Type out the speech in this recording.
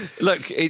look